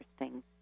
interesting